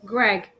Greg